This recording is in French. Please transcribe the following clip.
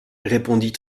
répondit